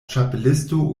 ĉapelisto